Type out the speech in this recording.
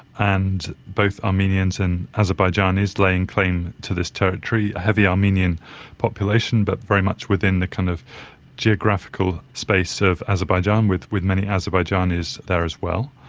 and both armenians and azerbaijanis laying claim to this territory, a heavy armenian population but very much within the kind of geographical space of azerbaijan with with many azerbaijanis there as well.